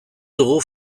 dugu